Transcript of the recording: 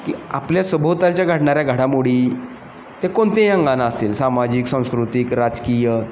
की आपल्या सभोवताच्या घडणाऱ्या घडामोडी ते कोणतेही अंगानं असतील सामाजिक सांस्कृतिक राजकीय